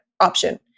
option